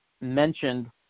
mentioned